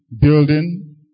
building